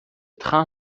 train